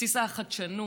בסיס החדשנות,